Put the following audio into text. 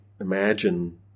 imagine